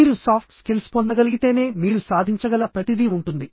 మీరు soft skills పొందగలిగితేనే మీరు సాధించగల ప్రతిదీ ఉంటుంది